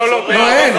לא לא, אין,